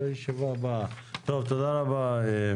תודה רבה.